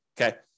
okay